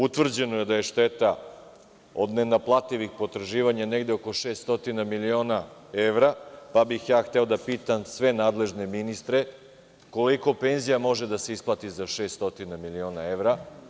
Utvrđeno je da je šteta od nenaplativih potraživanja negde oko 600 miliona evra, pa bih ja hteo da pitam sve nadležne ministre – koliko penzija može da se isplati za 600 miliona evra?